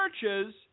churches